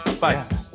Bye